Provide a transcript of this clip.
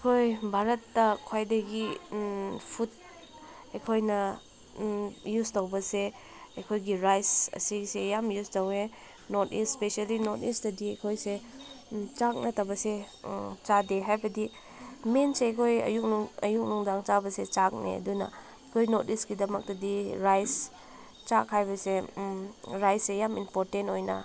ꯑꯩꯈꯣꯏ ꯚꯥꯔꯠꯇ ꯈ꯭ꯋꯥꯏꯗꯒꯤ ꯐꯨꯠ ꯑꯩꯈꯣꯏꯅ ꯏꯌꯨꯁ ꯇꯧꯕꯁꯦ ꯑꯩꯈꯣꯏꯒꯤ ꯔꯥꯏꯁ ꯑꯁꯤꯁꯦ ꯌꯥꯝ ꯌꯨꯁ ꯇꯧꯏ ꯅꯣꯔꯠ ꯏꯁ ꯏꯁꯄꯦꯁꯦꯜꯂꯤ ꯅꯣꯔꯠ ꯏꯁꯇꯗꯤ ꯑꯩꯈꯣꯏꯁꯦ ꯆꯥꯛ ꯅꯠꯇꯕꯁꯦ ꯆꯥꯗꯦ ꯍꯥꯏꯕꯗꯤ ꯃꯦꯟꯁꯦ ꯑꯩꯈꯣꯏ ꯑꯌꯨꯛ ꯑꯌꯨꯛ ꯅꯨꯡꯗꯥꯡ ꯆꯥꯕꯁꯦ ꯆꯥꯛꯅꯦ ꯑꯗꯨꯅ ꯑꯩꯈꯣꯏ ꯅꯣꯔꯠ ꯏꯁꯀꯤꯗꯃꯛꯇꯗꯤ ꯔꯥꯏꯁ ꯆꯥꯛ ꯍꯥꯏꯕꯁꯦ ꯔꯥꯏꯁꯁꯦ ꯌꯥꯝ ꯏꯝꯄꯣꯔꯇꯦꯟ ꯑꯣꯏꯅ